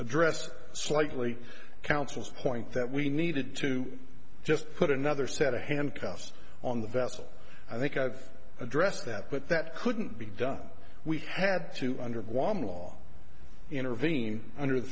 address slightly council's point that we needed to just put another set of handcuffs on the vessel i think i've addressed that but that couldn't be done we had to undergo one law intervene under the